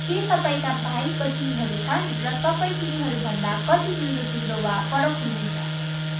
के तपाईँका भाइबहिनीहरू छन् र तपाईँ तिनीहरूभन्दा कति मिल्दोझोल्दो वा फरक हुनुहुन्छ